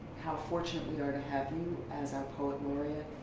how fortunate we are to have you as our poet laureate.